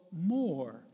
more